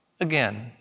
again